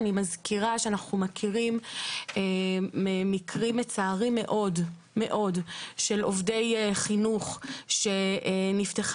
אני מזכירה שאנחנו מכירים מקרים מצערים מאוד של עובדי חינוך שנפתחה